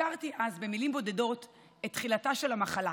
הזכרתי אז במילים בודדות את תחילתה של המחלה.